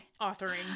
authoring